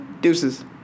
Deuces